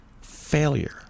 failure